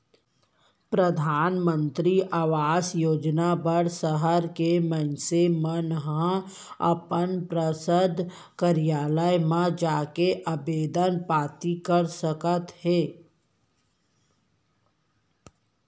परधानमंतरी आवास योजना बर सहर के मनसे मन ह अपन पार्षद कारयालय म जाके आबेदन पाती कर सकत हे